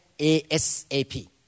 A-S-A-P